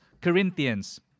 Corinthians